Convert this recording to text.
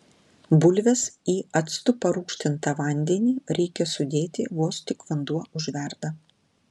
bulves į actu parūgštintą vandenį reikia sudėti vos tik vanduo užverda